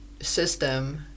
system